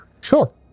Sure